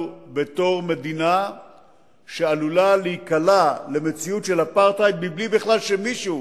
כמדינה שעלולה להיקלע למציאות של אפרטהייד בלי בכלל שמישהו